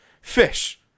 fish